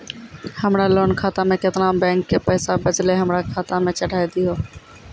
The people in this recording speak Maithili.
हमरा लोन खाता मे केतना बैंक के पैसा बचलै हमरा खाता मे चढ़ाय दिहो?